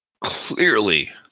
clearly